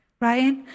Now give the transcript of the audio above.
right